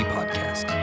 Podcast